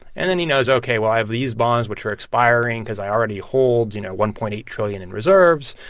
and then he knows, ok, well, i have these bonds which are expiring because i already hold, you know, one point eight trillion in reserves.